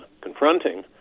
confronting